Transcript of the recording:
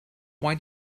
why